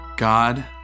God